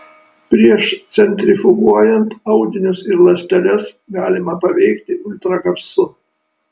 prieš centrifuguojant audinius ir ląsteles galima paveikti ultragarsu